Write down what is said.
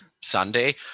Sunday